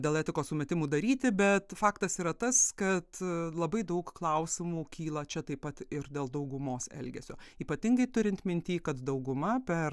dėl etikos sumetimų daryti bet faktas yra tas kad labai daug klausimų kyla čia taip pat ir dėl daugumos elgesio ypatingai turint minty kad dauguma per